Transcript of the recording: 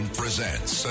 presents